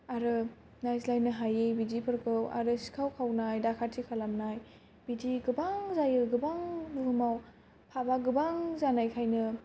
आरो नायज्लायनो हायि बिदिफोरखौ आरो सिखाव खावनाय दाखायति खालामनाय बिदि गोबां जायो गोबां बुहुमाव फाफआ गोबां जानायखायनो